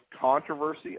controversy